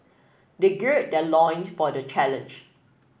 they gird their loin for the challenge